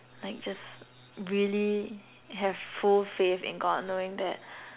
like just really have full faith in God knowing that